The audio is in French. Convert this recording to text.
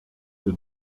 que